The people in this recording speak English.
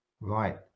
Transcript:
right